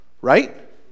right